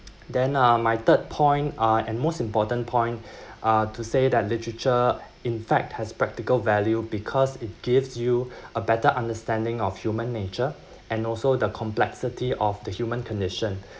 then uh my third point uh and most important point are to say that literature in fact has practical value because it gives you a better understanding of human nature and also the complexity of the human condition